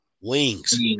Wings